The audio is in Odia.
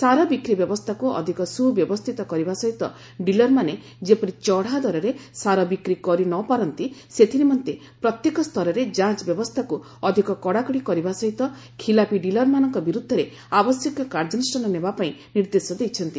ସାର ବିକ୍ରି ବ୍ୟବସ୍ଷାକୁ ଅଧିକ ସୁବ୍ୟବସ୍ଷିତ କରିବା ସହିତ ଡିଲରମାନେ ଯେପରି ଚତ଼୍ା ଦରରେ ସାର ବିକ୍ରି କରି ନ ପାରନ୍ତି ସେଥିନିମନ୍ତେ ପ୍ରତ୍ୟେକ ସ୍ତରରେ ଯାଞ ବ୍ୟବସ୍ଷାକୁ ଅଧିକ କଡ଼ାକଡ଼ି କରିବା ସହିତ ଖିଲାପି ଡିଲରମାନଙ୍କ ବିରୁଦ୍ଧରେ ଆବଶ୍ୟକୀୟ କାର୍ଯ୍ୟାନୁଷ୍ଠାନ ନେବା ପାଇଁ ନିର୍ଦେଶ ଦେଇଛନ୍ତି